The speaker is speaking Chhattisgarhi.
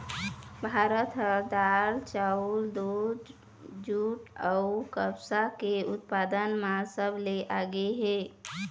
भारत ह दार, चाउर, दूद, जूट अऊ कपास के उत्पादन म सबले आगे हे